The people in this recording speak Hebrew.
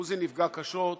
עוזי נפגע קשות,